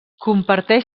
comparteix